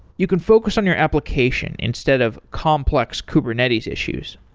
you can focus on your application instead of complex kubernetes issues.